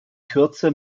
kürze